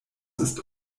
ist